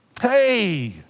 Hey